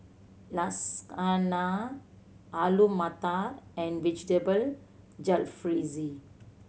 Lasagna Alu Matar and Vegetable Jalfrezi